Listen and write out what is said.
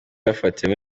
bafatiwe